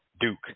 Duke